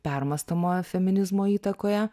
permąstoma feminizmo įtakoje